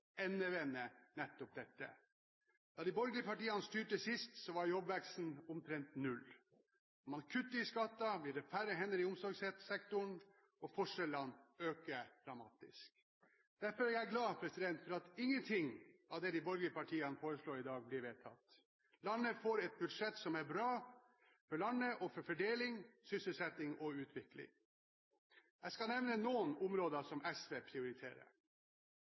nettopp dette. Da de borgerlige partiene styrte sist, var jobbveksten omtrent null. Når man kutter i skatter, blir det færre hender i omsorgssektoren, og forskjellene øker dramatisk. Derfor er jeg glad for at ingenting av det de borgerlige partiene foreslår i dag, bli vedtatt. Landet får et budsjett som er bra for landet og for fordeling, sysselsetting og utvikling. Jeg skal nevne noen områder som SV prioriterer.